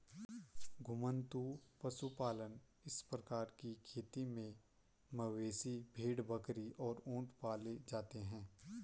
घुमंतू पशुपालन इस प्रकार की खेती में मवेशी, भेड़, बकरी और ऊंट पाले जाते है